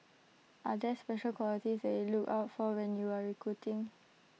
are this special qualities they look out for A new recruiting